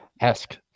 esque